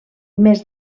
més